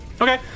Okay